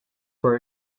for